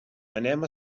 anem